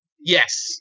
Yes